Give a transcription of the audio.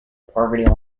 poverty